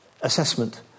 assessment